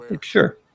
Sure